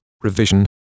revision